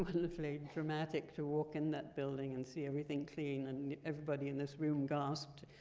wonderfully dramatic to walk in that building, and see everything clean, and everybody in this room gasped.